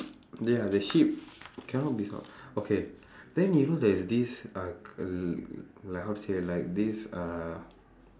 yeah the sheep cannot miss out okay then you know there's this uh uh like how to say like this uh